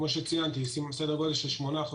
כמו שציינתי כבר כשמונה חודשים.